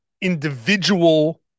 individual